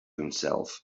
himself